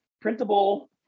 printable